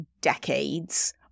decades